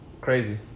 crazy